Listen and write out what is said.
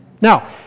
Now